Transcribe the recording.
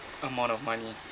amount of money